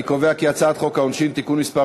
אני קובע כי חוק העונשין (תיקון מס'